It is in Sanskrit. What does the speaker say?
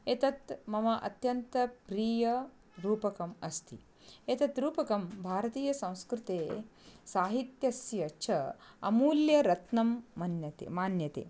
एतत् मम अत्यन्तप्रियं रूपकम् अस्ति एतत् रूपकं भारतीयसंस्कृतेः साहित्यस्य च अमूल्यरत्नं मन्यते मान्यते